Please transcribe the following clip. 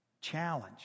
challenge